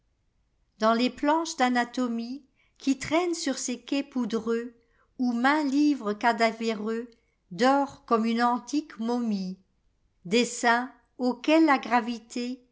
dans les planches d anatomie qui traînent sur ces quais poudreux où maint livre cadavéreux dort comme une antique momie dessins auxquels la gravitéet